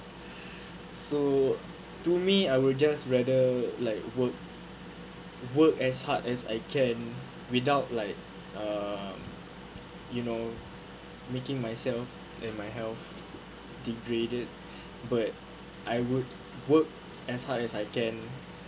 so to me I will just rather like work work as hard as I can without like err you know making myself and my health degraded but I would work as hard as I can